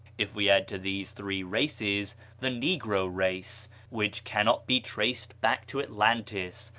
if we add to these three races the negro race which cannot be traced back to atlantis,